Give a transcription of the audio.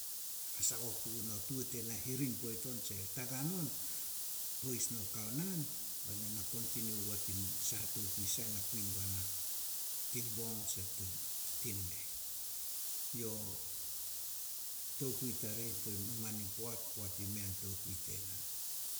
Hasagoh puguna tuo tena hiring poit on tse tagan on, hues no kao naan, be na na kontiniu ogua tin saha tokui sai na kui guana tin bong tsi tin neh. Yo tokui tarih tin mamen in poat, poat i mei an tokui tena.